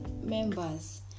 members